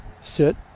sit